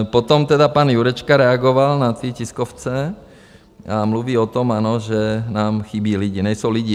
Potom tedy pan Jurečka reagoval na tý tiskovce, mluví o tom, ano, že nám chybí lidi, nejsou lidi.